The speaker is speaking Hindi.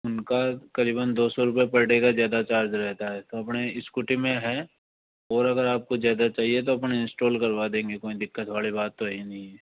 उनका करीबन दो सौ रूपये पर डे का ज़्यादा चार्ज रहता है तो अपने स्कूटी में है और अगर आपको ज़्यादा चाहिए तो अपने इंस्टॉल करवा देंगे कोई दिक्कत वाली बात तो है ही नहीं ये